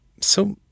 So